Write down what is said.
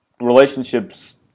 relationships